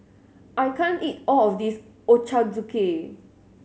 I can't eat all of this Ochazuke